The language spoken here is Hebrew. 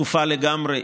שקופה לגמרי,